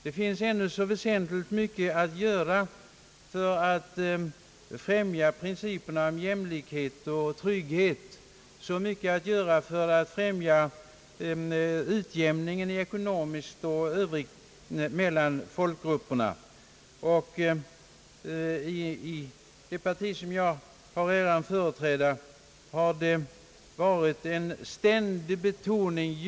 Det finns ännu mycket att göra för att främja principerna om jämlikhet och trygghet och även mycket att göra för att främja utjämningen mellan folkgrupperna i ekonomiskt avseende och på annat sätt. Inom det parti som jag har äran företräda har dessa principer ständigt betonats.